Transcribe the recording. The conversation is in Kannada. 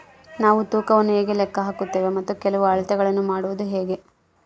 ನಾವು ತೂಕವನ್ನು ಹೇಗೆ ಲೆಕ್ಕ ಹಾಕುತ್ತೇವೆ ಮತ್ತು ಕೆಲವು ಅಳತೆಗಳನ್ನು ಮಾಡುವುದು ಹೇಗೆ?